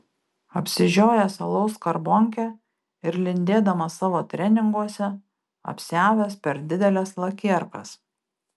apsižiojęs alaus skarbonkę ir lindėdamas savo treninguose apsiavęs per dideles lakierkas